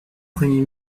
premier